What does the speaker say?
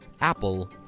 Apple